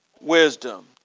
wisdom